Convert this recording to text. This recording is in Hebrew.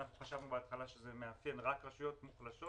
אנחנו חשבנו בהתחלה שזה מאפיין רק רשויות מוחלשות